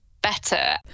Better